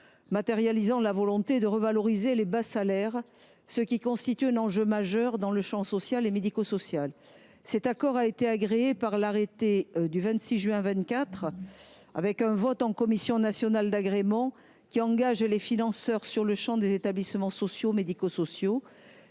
matérialise la volonté de revaloriser les bas salaires, qui constituent un enjeu majeur dans le champ social et médico social. Il a été agréé par l’arrêté du 26 juin 2024, avec un vote en commission nationale d’agrément qui engage les financeurs sur le champ des établissements sociaux et médico sociaux.